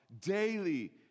daily